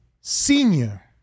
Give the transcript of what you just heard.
senior